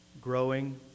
growing